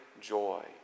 joy